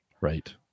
Right